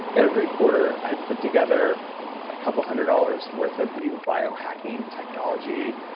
every quarter i put together a couple hundred dollars worth of new biohacking technology,